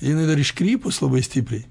jinai dar iškrypus labai stipriai